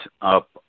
up